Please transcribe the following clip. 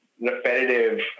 repetitive